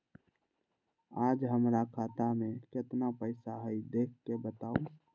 आज हमरा खाता में केतना पैसा हई देख के बताउ?